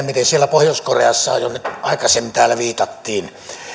miten on siellä pohjois koreassa johon aikaisemmin täällä viitattiin